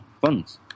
funds